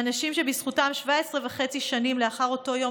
האנשים שבזכותם 17 וחצי שנים לאחר אותו יום